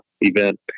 event